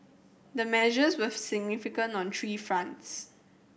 the measures were significant on three fronts